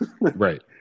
right